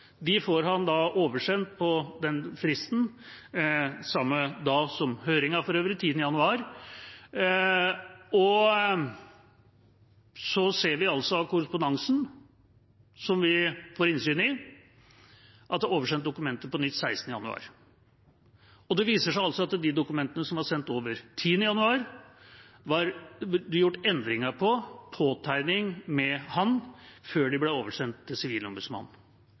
får Sivilombudsmannen oversendt på fristen, for øvrig samme dag som høringen, den 10. januar 2018. Så ser vi altså av korrespondansen som vi får innsyn i, at det er oversendt dokumenter på nytt den 16. januar 2018. Det viser seg altså at i de dokumentene som ble sendt over den 10. januar 2018, var det gjort endringer – påtegninger for hånd – før de ble oversendt til Sivilombudsmannen.